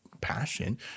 passion